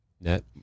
net